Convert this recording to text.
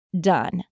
done